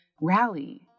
rally